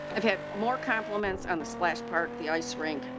i've had more compliments on the splash park, the ice rink,